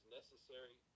necessary